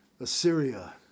Assyria